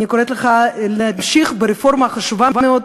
אני קוראת לך להמשיך ברפורמה החשובה מאוד,